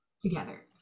together